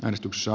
äänestyksissä